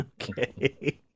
Okay